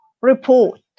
report